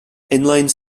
inline